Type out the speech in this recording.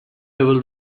level